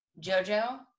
JoJo